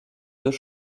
deux